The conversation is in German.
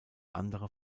andere